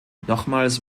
nochmals